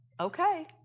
Okay